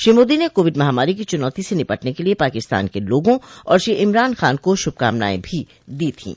श्री मोदी ने कोविड महामारी की चुनौती से निपटने के लिए पाकिस्तान के लोगों और श्री इमरान खान को शुभकामनाएं भी दी थीं